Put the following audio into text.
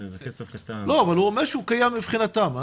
אבל הוא שהוא קיים מבחינתם.